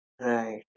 Right